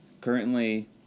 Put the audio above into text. currently